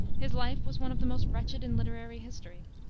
his life was one of the most wretched in literary history.